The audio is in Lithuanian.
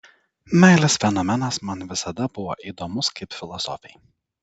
meilės fenomenas man visada buvo įdomus kaip filosofei